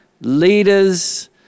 leaders